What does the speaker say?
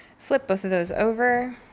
flip both of those over